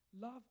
Love